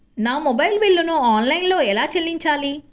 నా మొబైల్ బిల్లును ఆన్లైన్లో ఎలా చెల్లించాలి?